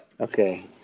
Okay